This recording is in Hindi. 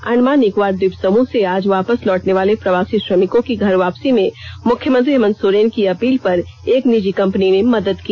अंडमान निकोबार द्वीप समूह से आज लौटने वाले प्रवासी श्रमिकों की घर वापसी में मुख्यमंत्री हेमंत सोरेन की अपील पर एक निजी वापस कंपनी ने मदद की